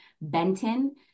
Benton